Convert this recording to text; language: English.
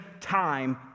time